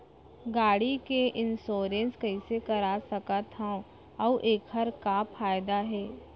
गाड़ी के इन्श्योरेन्स कइसे करा सकत हवं अऊ एखर का फायदा हे?